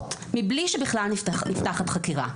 נסגרות בלי שבכלל נפתחת חקירה.